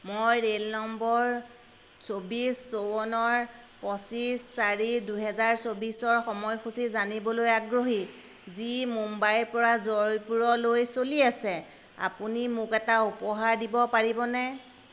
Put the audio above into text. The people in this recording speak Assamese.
মই ৰে'ল নম্বৰ চৌবিছ চৌৱন্নৰ পঁচিছ চাৰি দুহেজাৰ চৌবিছৰ সময়সূচী জানিবলৈ আগ্ৰহী যি মুম্বাইৰপৰা জয়পুৰলৈ চলি আছে আপুনি মোক এটা উপহাৰ দিব পাৰিবনে